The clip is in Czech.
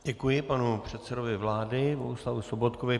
Děkuji panu předsedovi vlády Bohuslavu Sobotkovi.